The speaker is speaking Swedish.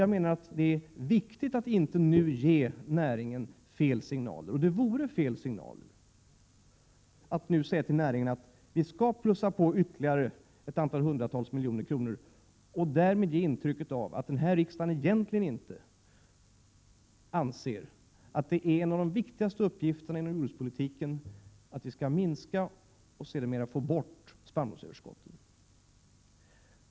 Jag menar emellertid att det är viktigt att inte nu ge näringen fel signaler, och det vore fel signaler att nu säga till näringen att vi skall plussa på ytterligare ett antal hundratal miljoner, så att vi därigenom ger intryck av att riksdagen egentligen inte anser att en av de viktigaste uppgifterna inom jordbruket är att minska och sedermera få bort spannmålsöverskottet.